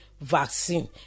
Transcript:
vaccine